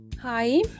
Hi